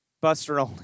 Buster